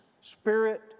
spirit